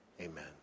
Amen